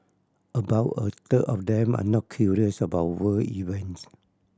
about a third of them are not curious about world events